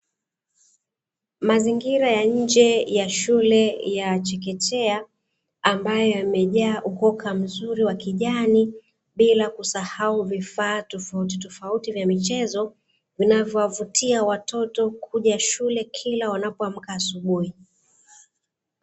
Mazingira ya nje ya shule ya chekechea, ambayo yamejaa ukoka mzuri wa kijani bila kusahau vifaa tofautitofauti vya michezo, vinavyowavutia watoto kuja shule kila wanapoamka asubuhi.